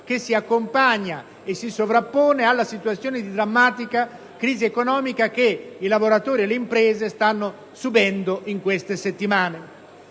che si accompagna e si sovrappone alla situazione di drammatica crisi economica che i lavoratori e le imprese stanno subendo in queste settimane.